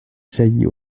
jaillit